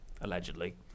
allegedly